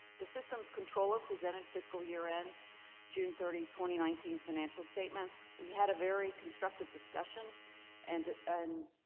the systems control are presented fiscal year in june thirty twenty nineteen financial statements we had a very constructive discussion and. and